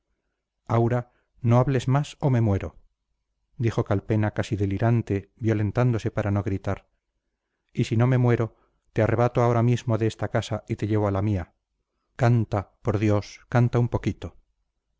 aura no hables más o me muero dijo calpena casi delirante violentándose para no gritar y si no me muero te arrebato ahora mismo de esta casa y te llevo a la mía canta por dios canta un poquito